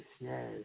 yes